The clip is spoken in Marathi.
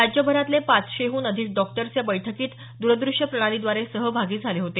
राज्यभरातले पाचशेहून अधिक डॉक्टर्स या बैठकीत द्रद्रष्यप्रणालीद्वारे सहभागी झाले होते